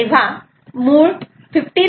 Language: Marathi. तेव्हा मूळ 15